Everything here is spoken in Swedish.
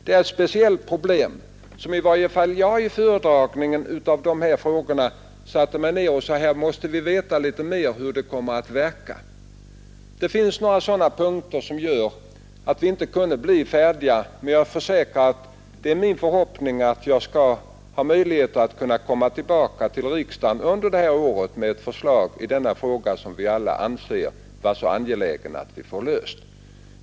Det är ett speciellt problem där i varje fall jag vid penetreringen av de här frågorna sagt att vi måste veta litet mer om hur det kommer att verka. Det finns några sådana punkter som gör att vi inte kunde bli färdiga. Men jag försäkrar, att det är min förhoppning att jag skall ha möjligheter att komma tillbaka till riksdagen under det här året med ett förslag i denna fråga som vi alla anser angeläget att få löst.